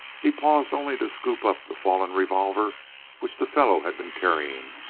he paused only to scoop up the fallen revolver which the fellow had been carrying,